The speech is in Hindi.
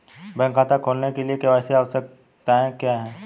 बैंक खाता खोलने के लिए के.वाई.सी आवश्यकताएं क्या हैं?